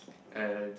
and